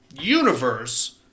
universe